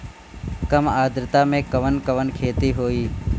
कम आद्रता में कवन कवन खेती होई?